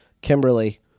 kimberly